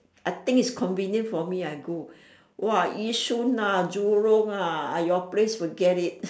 I think it's convenient for me I go !wah! yishun ah jurong ah ah your place forget it